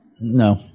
No